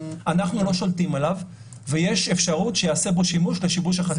אנחנו לא שולטים עליו ויש אפשרות שייעשה בו שימוש לשיבוש החקירה.